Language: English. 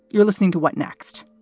you're listening to what next?